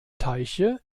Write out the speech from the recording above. teiche